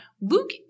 Luke